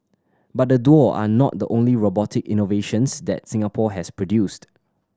but the duo are not the only robotic innovations that Singapore has produced